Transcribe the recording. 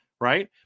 right